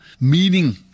meaning